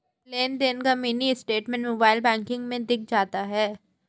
लेनदेन का mini statement mobile banking में दिख जाता है